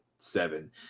seven